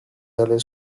delle